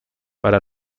para